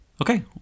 Okay